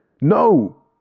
No